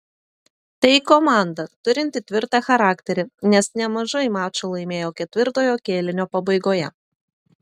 tai komanda turinti tvirtą charakterį nes nemažai mačų laimėjo ketvirtojo kėlinio pabaigoje